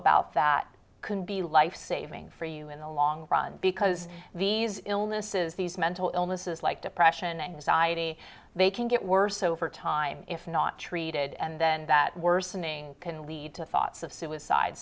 about that can be life saving for you in the long run because these illnesses these mental illnesses like depression anxiety they can get worse over time if not treated and then that worsening can lead to thoughts of suicide